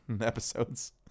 episodes